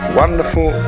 wonderful